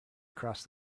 cross